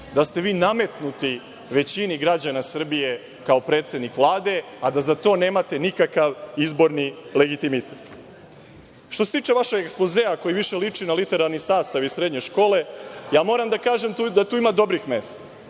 da ste vi nametnuti većini građana Srbije kao predsednik Vlade, a da za to nemate nikakav izborni legitimitet? Što se tiče vašeg ekspozea, koji više liči na literalni sastav iz srednje škole, moram da kažem da tu ima dobrih mesta